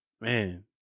man